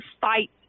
fight